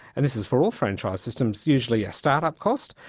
and this is for all franchise systems, usually a start-up cost,